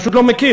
פשוט לא מכיר,